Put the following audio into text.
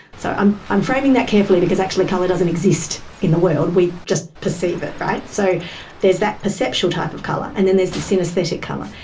so i'm i'm framing that carefully because actually colour doesn't exist in the world we just perceive it, right? so there's that perceptual type of colour and then there's the synaesthetic colour.